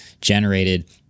generated